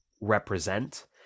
represent